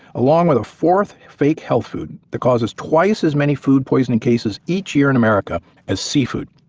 along with a fourth fake health food that causes twice as many food poisoning cases each year in america as seafood.